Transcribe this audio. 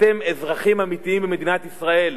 אתם אזרחים אמיתיים במדינת ישראל.